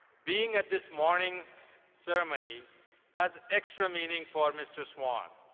being at this morning's ceremony has extra meaning for mr. swan,